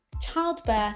childbirth